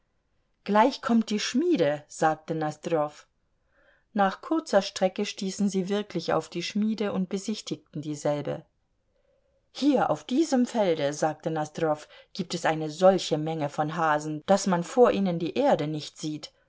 gleich kommt die schmiede sagte nosdrjow nach kurzer strecke stießen sie wirklich auf die schmiede und besichtigten dieselbe hier auf diesem felde sagte nosdrjow gibt es eine solche menge von hasen daß man vor ihnen die erde nicht sieht